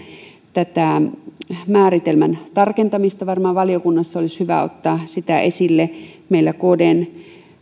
tätä määritelmän tarkentamista varmaan valiokunnassa olisi hyvä ottaa esille meillä kdn